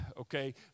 okay